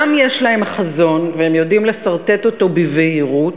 והם יודעים לסרטט אותו בבהירות,